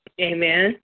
Amen